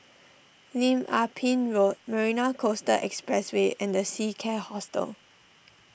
Lim Ah Pin Road Marina Coastal Expressway and the Seacare Hotel